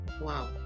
Wow